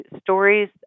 stories